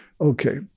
Okay